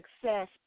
success